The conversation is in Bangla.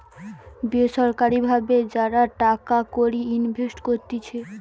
বেসরকারি ভাবে যারা টাকা কড়ি ইনভেস্ট করতিছে